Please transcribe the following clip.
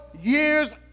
years